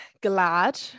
glad